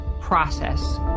process